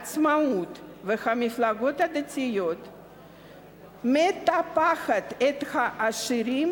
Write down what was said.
העצמאות והמפלגות הדתיות מטפחת את העשירים